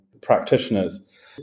practitioners